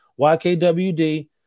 YKWD